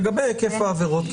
לגבי היקף העבירות,